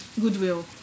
goodwill